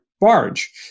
barge